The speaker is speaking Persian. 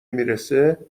میرسه